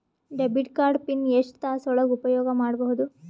Debit card PIN ಎಷ್ಟ ತಾಸ ಒಳಗ ಉಪಯೋಗ ಮಾಡ್ಬಹುದು?